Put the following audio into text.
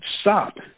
stop